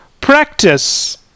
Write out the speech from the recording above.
Practice